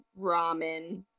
ramen